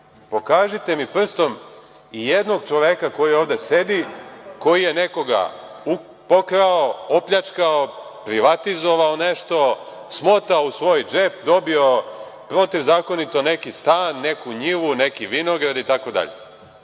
Pokažite mi prstom i jednog čoveka koji ovde sedi koji je nekoga pokrao, opljačkao, privatizovao nešto, smotao u svoj džep, dobio protivzakonito neki stan, neku njivu, neki vinograd itd.